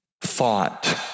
thought